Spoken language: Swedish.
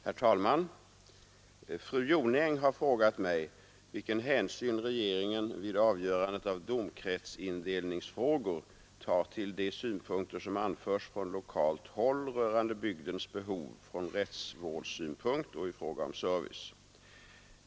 Herr talman! Fru Jonäng har frågat mig vilken hänsyn regeringen vid avgörandet av domkretsindelningsfrågor tar till de synpunkter som anförs från lokalt håll rörande bygdens behov från rättsvårdssynpunkt och i fråga om service.